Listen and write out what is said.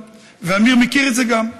ועמיר מכיר את זה גם,